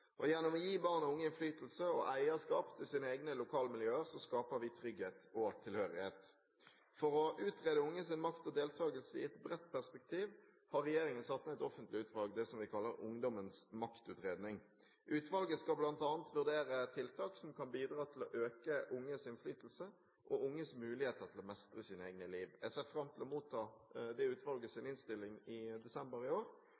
bestemme. Gjennom å gi barn og unge innflytelse og eierskap til sine egne lokalmiljøer skaper vi trygghet og tilhørighet. For å utrede unges makt og deltakelse i et bredt perspektiv har regjeringen satt ned et offentlig utvalg, det som vi har kalt «Ungdommens maktutredning». Utvalget skal bl.a. vurdere tiltak som kan bidra til å øke unges innflytelse og unges muligheter til å mestre sine egne liv. Jeg ser fram til å motta utvalgets innstilling i desember i år,